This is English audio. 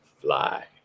fly